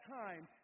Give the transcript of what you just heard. time